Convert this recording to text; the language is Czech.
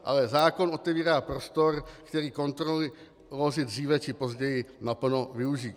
Ale zákon otevírá prostor, který kontroly dříve či později naplno využijí.